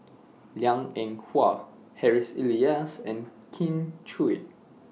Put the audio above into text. Liang Eng Hwa Harry's Elias and Kin Chui